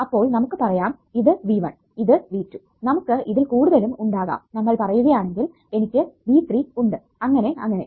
അപ്പോൾ നമുക്ക് പറയാം ഇത് V1 ഇത് V2 നമുക്ക് ഇതിൽ കൂടുതലും ഉണ്ടാകാം നമ്മൾ പറയുകയാണെങ്കിൽ എനിക്ക് V3 ഉണ്ട് അങ്ങനെ അങ്ങനെ